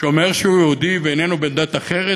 שאומר שהוא יהודי ואיננו בן דת אחרת,